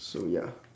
so ya